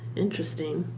interesting.